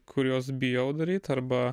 kuriuos bijau daryt arba